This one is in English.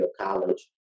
college